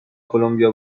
کلمبیا